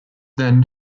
then